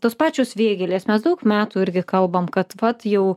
tos pačios vėgėlės mes daug metų irgi kalbam kad vat jau